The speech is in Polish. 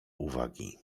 uwagi